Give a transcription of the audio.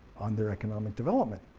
on their economic development.